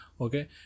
Okay